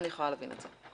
אני יכולה להבין את זה..